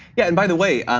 yeah, and by the way,